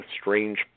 strange